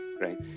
right